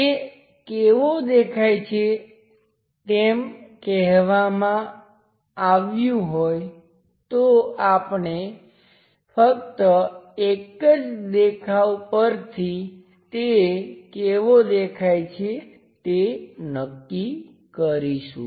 તે કેવો દેખાય છે તેમ કેહવામાં આવ્યું હોય તો આપણે ફક્ત એક જ દેખાવ પરથી તે કેવો દેખાય છે તે નક્કી કરીશું